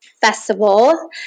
Festival